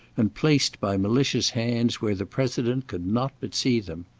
and placed by malicious hands where the president could not but see them.